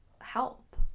help